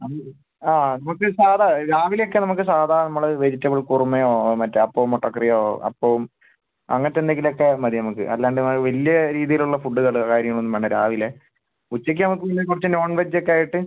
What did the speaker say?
മൊത്തം സാദാ രാവിലെ ഒക്കെ നമുക്ക് സാദാ നമ്മൾ വെജിറ്റബിൾ കുറുമയോ മറ്റേ അപ്പവും മുട്ടക്കറിയോ അപ്പവും അങ്ങനത്തെ എന്തെങ്കിലും ഒക്കെ മതി നമുക്ക് അല്ലാണ്ട് വലിയ രീതിയിലുള്ള ഫുഡ്ഡുകൾ കാര്യങ്ങളൊന്നും വേണ്ട രാവിലെ ഉച്ചയ്ക്ക് നമുക്ക് പിന്നെ കുറച്ച് നോൺ വെജ് ഒക്കെ ആയിട്ട്